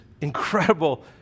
incredible